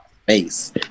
Face